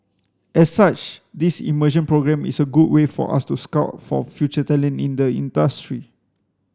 as such this immersion programme is a good way for us to scout for future talent in the industry